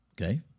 Okay